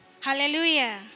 Hallelujah